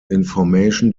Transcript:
information